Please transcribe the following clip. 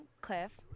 Cliff